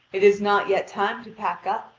it is not yet time to pack up,